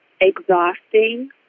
Exhausting